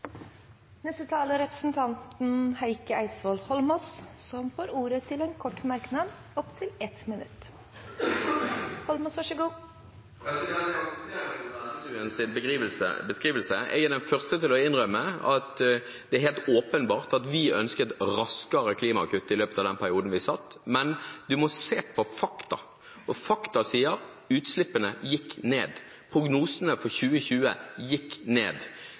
Heikki Eidsvoll Holmås har hatt ordet to ganger tidligere og får ordet til en kort merknad, begrenset til 1 minutt. Jeg aksepterer ikke Ola Elvestuens beskrivelse. Jeg er den første til å innrømme at det er helt åpenbart at vi ønsket raskere klimakutt i løpet av den perioden vi satt, men man må se på fakta. Fakta sier at utslippene gikk ned. Prognosene for 2020 gikk ned.